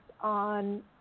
on